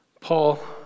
Paul